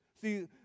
see